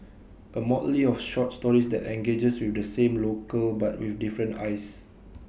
A motley of short stories that engages with the same locale but with different eyes